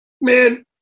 Man